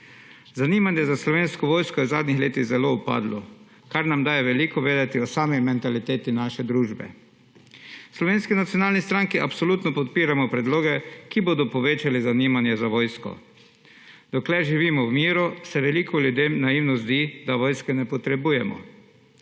Zanimanje za Slovensko vojsko je v zadnjih letih zelo upadlo, kar nam daje veliko vedeti o sami mentaliteti naše družbe. V Slovenski nacionalni stranki absolutno podpiramo predloge, ki bodo povečali zanimanje za vojsko. Dokler živimo v miru, se veliko ljudem naivno zdi, da vojske ne potrebujemo,